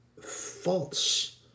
false